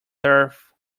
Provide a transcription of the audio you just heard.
turf